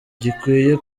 gikwiye